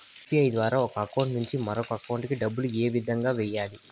UPI ద్వారా ఒక account నుంచి మరొక అకౌంట్ కి డబ్బులు ఏ విధంగా వెయ్యాలి